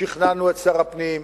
שכנענו את שר הפנים,